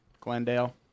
Glendale